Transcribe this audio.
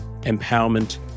empowerment